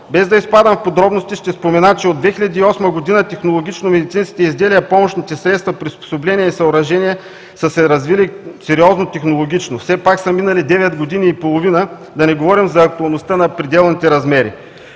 Без да изпадам в подробности ще спомена, че от 2008 г. технологично медицинските изделия, помощните средства, приспособления и съоръжения са се развили сериозно технологично. Все пак са минали 9 години и половина, да не говорим за актуалността на пределните размери.